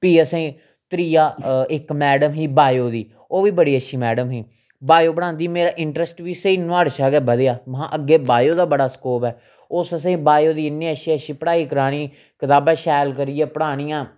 फ्ही असें त्रीआ इक मैडम ही बायो दी ओह् बी बड़ी अच्छी मैडम ही बायो पढ़ांदी मेरा इंट्रस्ट बी स्हेई नुआढ़े शा बधेआ हा महां अग्गें बायो दा बड़ा स्कोप ऐ उस असें बायो दी इ'न्नी अच्छी अच्छी पढ़ाई करानी कताबां शैल करियै पढ़ानियां